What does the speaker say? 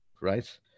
right